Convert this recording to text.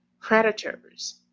predators